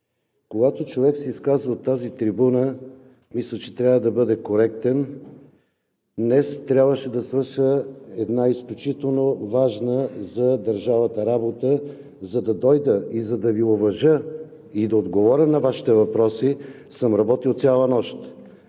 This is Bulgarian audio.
когато човек се изказва от тази трибуна, мисля, че трябва да бъде коректен. Днес трябваше да свърша изключително важна за държавата работа и за да дойда да Ви уважа и да отговоря на Вашите въпроси, съм работил цяла нощ,